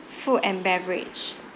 food and beverage